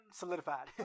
solidified